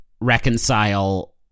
reconcile